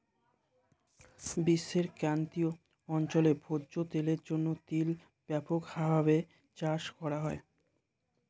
বিশ্বের ক্রান্তীয় অঞ্চলে ভোজ্য তেলের জন্য তিল ব্যাপকভাবে চাষ করা হয়ে থাকে